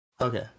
Okay